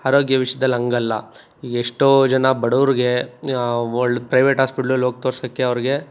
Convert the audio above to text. ಆರೋಗ್ಯ ವಿಷಯ್ದಲ್ ಹಂಗಲ್ಲ ಎಷ್ಟೋ ಜನ ಬಡವ್ರಿಗೆ ವರ್ಲ್ಡ್ ಪ್ರೈವೇಟ್ ಹಾಸ್ಪಿಟ್ಲಲ್ಲಿ ಹೋಗ್ ತೋರಿಸೋಕೆ ಅವ್ರಿಗೆ